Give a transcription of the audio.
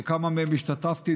בכמה מהם השתתפתי,